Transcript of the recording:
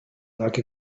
like